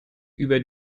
über